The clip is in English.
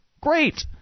Great